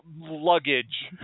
luggage